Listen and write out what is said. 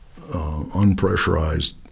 unpressurized